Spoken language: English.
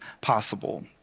possible